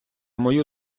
мою